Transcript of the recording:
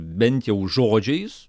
bent jau žodžiais